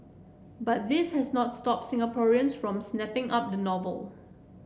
but this has not stopped Singaporeans from snapping up the novel